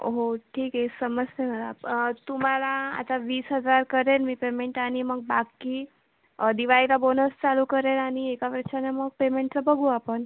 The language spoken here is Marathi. हो ठीक आहे समजतं आहे मला तुम्हाला आता वीस हजार करेन मी पेमेंट आणि मग बाकी दिवाळीला बोनस चालू करेल आणि एका वर्षानं मग पेमेंटचं बघू आपण